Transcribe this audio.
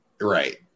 Right